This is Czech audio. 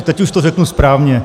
Teď už to řeknu správně.